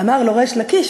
אמר לו ריש לקיש,